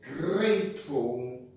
Grateful